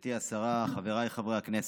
גברתי השרה, חבריי חברי הכנסת,